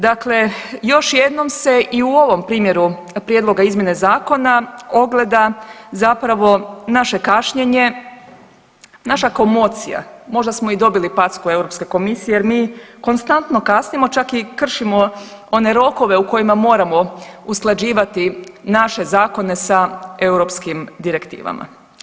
Dakle, još jednom se i u ovom primjeru prijedloga izmjene zakona ogleda zapravo naše kašnjenje, naša komocija, možda smo i dobili packu Europske komisije jer mi konstantno kasnimo čak i kršimo one rokove u kojima moramo usklađivati naše zakone sa europskim direktivama.